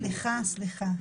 סליחה, סליחה.